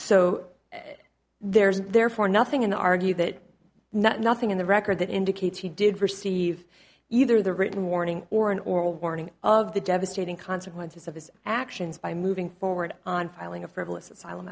so there's therefore nothing in argue that nothing in the record that indicates he did receive either the written warning or an oral warning of the devastating consequences of his actions by moving forward on filing a frivolous asylum